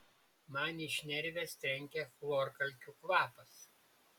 man į šnerves trenkia chlorkalkių kvapas